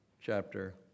chapter